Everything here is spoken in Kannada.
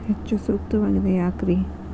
ಹೆಚ್ಚು ಸೂಕ್ತವಾಗಿದೆ ಯಾಕ್ರಿ?